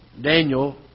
Daniel